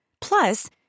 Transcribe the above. Plus